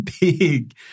big